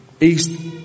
East